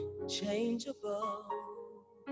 unchangeable